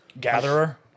Gatherer